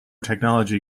technology